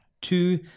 Two